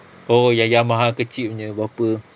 oo yang Yamaha kecil punya berapa